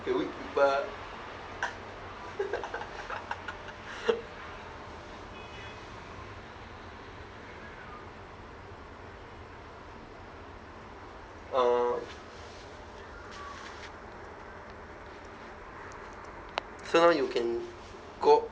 can whip people orh so now you can go